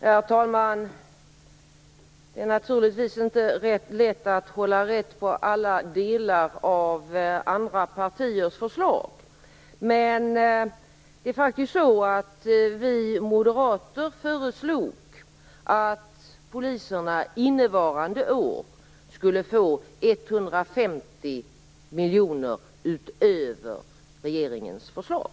Herr talman! Det är naturligtvis inte helt lätt att hålla rätt på alla delar av andra partiers förslag. Vi moderater föreslog faktiskt att polisen innevarande år skulle få 150 miljoner utöver regeringens förslag.